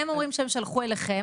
הם אומרים שהם שלחו אליכם,